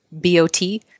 B-O-T